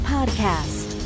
Podcast